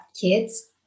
kids